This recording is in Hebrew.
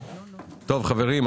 חברים,